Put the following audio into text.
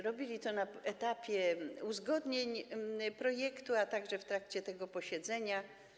Robili to na etapie uzgodnień projektu, a także w trakcie tego posiedzenia.